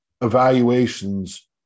Evaluations